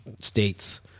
states